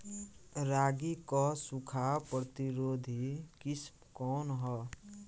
रागी क सूखा प्रतिरोधी किस्म कौन ह?